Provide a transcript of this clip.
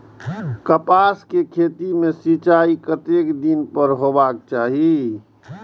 कपास के खेती में सिंचाई कतेक दिन पर हेबाक चाही?